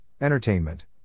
entertainment